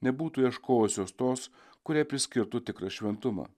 nebūtų ieškojusios tos kuriai priskirtų tikrą šventumą